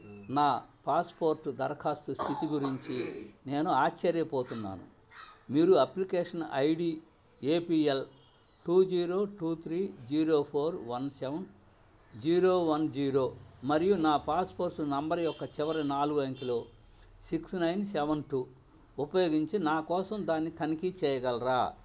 నా పాస్పోర్ట్ దరఖాస్తు స్థితి గురించి నేను ఆశ్చర్యపోతున్నాను మీరు application ID APL two zero two three zero four one seven zero one zero మరియు నా పాస్పోర్సు నంబర్ యొక్క చివరి నాలుగు అంకెలు సిక్స్ నైన్ సెవన్ టూ ఉపయోగించి నా కోసం దాన్ని తనిఖీ చేయగలరా